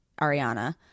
Ariana